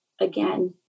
again